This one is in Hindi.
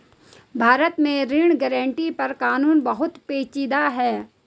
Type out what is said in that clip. भारत में ऋण गारंटी पर कानून बहुत पेचीदा है